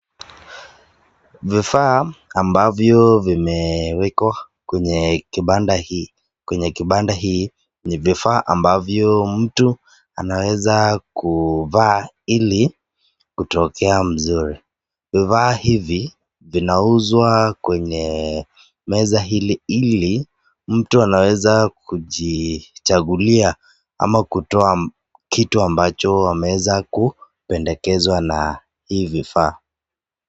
Vifaa ambavyo vimewekwa kwenye kibanda hii, kwenye kibanda hii ni vifaa ambavyo mtu anaweza kuvaa ili kutokea mzuri. Vifaa hivi vinauzwa kwenye meza hili ili mtu anaweza kujichagulia ama kutoa kitu ambacho ameweza kupendekezwa na hivi vifaa.